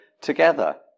together